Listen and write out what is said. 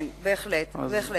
כן, בהחלט.